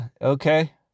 okay